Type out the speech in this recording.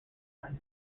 rises